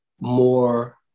more